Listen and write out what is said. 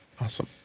Awesome